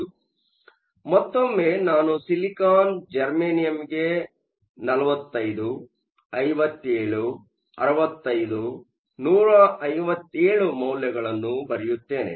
ಆದ್ದರಿಂದ ಮತ್ತೊಮ್ಮೆ ನಾನು ಸಿಲಿಕಾನ್ ಜರ್ಮೇನಿಯಮ್ಗೆ 45 57 65 157 ಮೌಲ್ಯಗಳನ್ನು ಬರೆಯುತ್ತೇನೆ